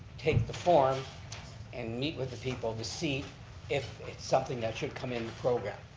take the form and meet with the people to see if it's something that should come in the program.